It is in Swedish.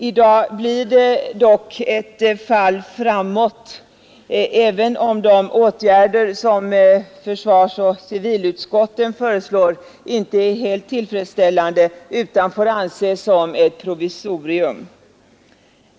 I dag blir det dock ett fall framåt, även om de åtgärder som försvarsoch civilutskotten föreslår inte är tillfredsställande utan får ses som ett provisorium.